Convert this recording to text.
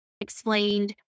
explained